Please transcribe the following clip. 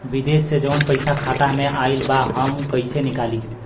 विदेश से जवन पैसा खाता में आईल बा हम कईसे निकाली?